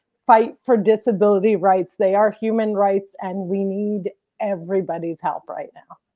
fight for disability rights. they are human rights and we need everybody's help right now.